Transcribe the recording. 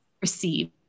receive